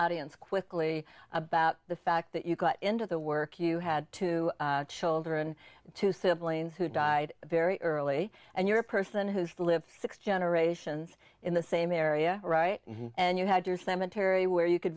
audience quickly about the fact that you got into the work you had two children two siblings who died very early and you're a person who's lived six generations in the same area right and you had your cemetery where you could